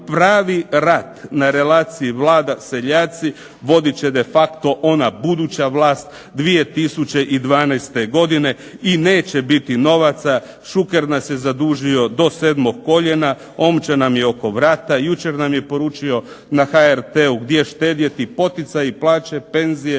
pravi rat na relaciji Vlada seljaci vodit će de facto ona buduća vlast 2012. godine i neće biti novaca, Šuker nas je zadužio do sedmog koljena, omče nam je oko vrata, jučer nam je poručio na HRT-u gdje štedjeti, poticaji, plaće, penzije,